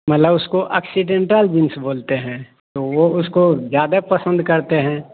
मतलब उसको accidental jeans बोलते हैं तो वह उसको ज़्यादा पसंद करते हैं